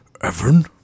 Evan